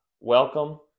welcome